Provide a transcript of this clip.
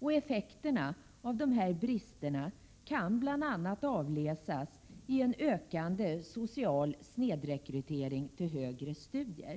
Effekterna av de här bristerna kan bl.a. avläsas i en ökande social Prot. 1987/88:128 snedrekrytering till högre studier.